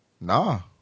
No